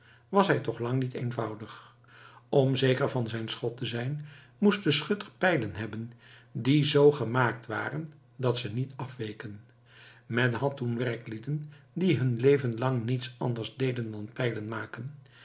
was hij toch lang niet eenvoudig om zeker van zijn schot te zijn moest de schutter pijlen hebben die z gemaakt waren dat ze niet afweken men had toen werklieden die hun leven lang niets anders deden dan pijlen maken